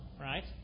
right